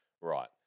right